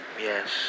yes